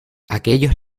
aquellos